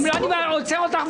היא לא עושה את זה.